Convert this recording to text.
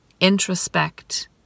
introspect